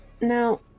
now